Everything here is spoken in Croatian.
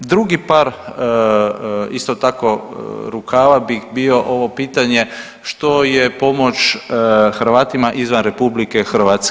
Drugi par isto tako rukava bi bio ovo pitanje što je pomoć Hrvatima izvan RH.